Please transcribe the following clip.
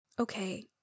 Okay